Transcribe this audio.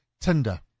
Tinder